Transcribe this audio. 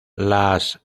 las